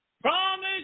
Promise